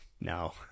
No